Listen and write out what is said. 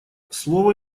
слово